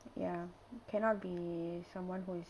ya cannot be someone who is